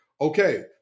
Okay